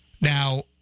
Now